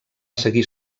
seguir